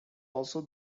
also